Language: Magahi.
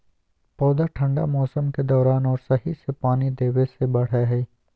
पौधा ठंढा मौसम के दौरान और सही से पानी देबे से बढ़य हइ